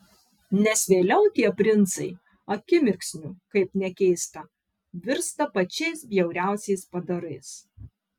nes vėliau tie princai akimirksniu kaip nekeista virsta pačiais bjauriausiais padarais